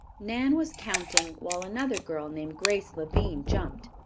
nan was counting while another girl named grace lavine jumped,